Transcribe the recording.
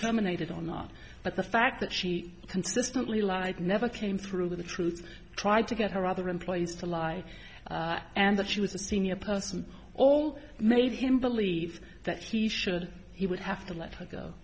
terminated on mark but the fact that she consistently lied never came through with the truth tried to get her other employees to lie and that she was a senior person all made him believe that he should he would have to let her go